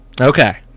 Okay